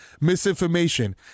misinformation